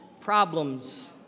problems